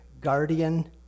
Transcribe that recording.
guardian